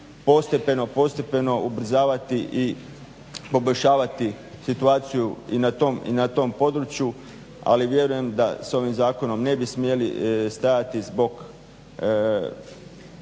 postepeno, postepeno ubrzavati i poboljšavati situaciju i na tom području. Ali vjerujem da sa ovim zakonom ne bi smjeli stajati zbog